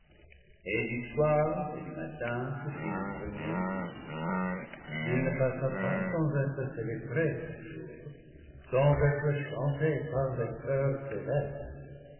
et du soir et du malin se fit le premier jour il ne passa pas sans être célébré ce jour sans être chanté par les choeurs célestes